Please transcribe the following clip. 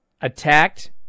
attacked